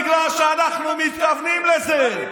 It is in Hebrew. בגלל שאנחנו מתכוונים לזה.